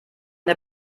der